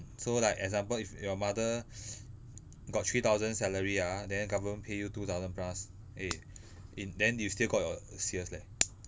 so like example if your mother got three thousand salary ah then government pay you two thousand plus eh in then you still got your sales leh